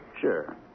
Sure